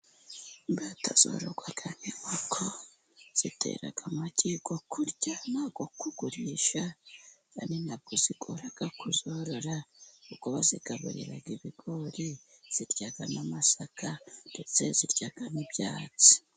Imbata zororwa nk'inkoko, zitera amagi yo kurya nayo kugurisha, ariko ntabwo zigora kuzorora, kuko bazigaburira ibigori zirya n'amasaka, ndetse zirya n'ibyatsi.